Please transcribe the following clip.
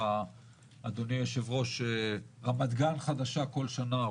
אדוני היושב-ראש רמת גן חדשה כל שנה,